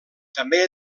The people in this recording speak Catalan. també